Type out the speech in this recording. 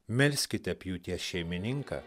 melskite pjūties šeimininką